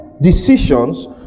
decisions